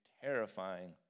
terrifying